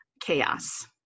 chaos